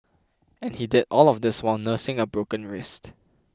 and he did all of this while nursing a broken wrist